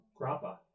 grappa